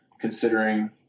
considering